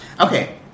okay